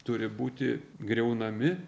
turi būti griaunami